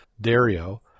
Dario